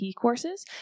courses